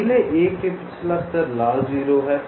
नीला 1 के लिए पिछला स्तर लाल 0 है